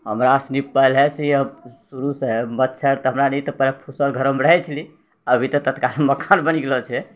हमरा सनि पहलेसँ अब शुरुसँ मच्छर तऽ हमरारि पहले तऽ फूसक घरमे रहै छेलियै अभी तऽ तत्काल मकान बनि गेलो छै